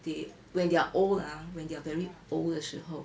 they when they're old ah when they are very old 的时候